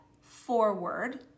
forward